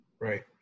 right